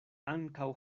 ankaŭ